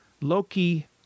Loki